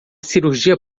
cirurgia